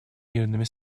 мирными